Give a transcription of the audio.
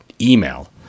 email